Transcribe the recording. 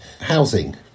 Housing